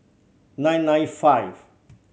nine nine five